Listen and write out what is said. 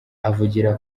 avugira